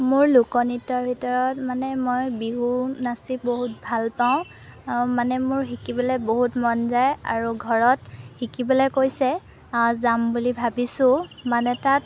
মোৰ লোকনৃত্যৰ ভিতৰত মানে মই বিহু নাচি বহুত ভাল পাওঁ মানে মোৰ শিকিবলৈ বহুত মন যায় আৰু ঘৰত শিকিবলৈ কৈছে যাম বুলি ভাবিছোঁ মানে তাত